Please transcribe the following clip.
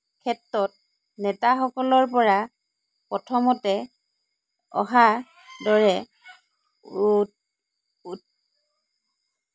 ক্ষেত্ৰত নেতাসকলৰ পৰা অহাৰ দৰে